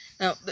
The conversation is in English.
Now